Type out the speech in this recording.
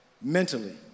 mentally